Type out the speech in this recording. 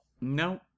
No